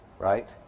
Right